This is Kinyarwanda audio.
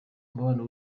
mubano